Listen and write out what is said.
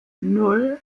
nan